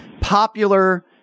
popular